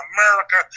America